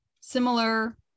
similar